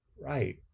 right